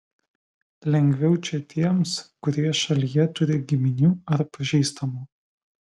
lengviau čia tiems kurie šalyje turi giminių ar pažįstamų